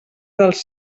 dels